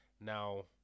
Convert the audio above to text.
now